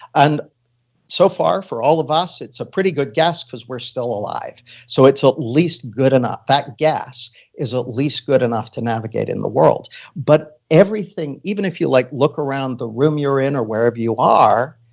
and so far, for all of us, it's a pretty good guess because we're still alive so it's, at ah least, good enough. that guess is, at least, good enough to navigate in the world but even if you like look around the room you're in or wherever you are,